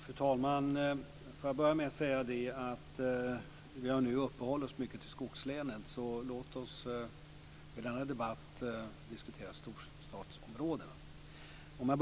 Fru talman! Jag börjar med att säga att vi nu har uppehållit oss mycket vid skogslänen. Låt oss därför i denna debatt diskutera storstadsområdena.